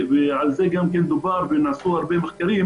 ועל זה דובר ונעשו הרבה מחקרים,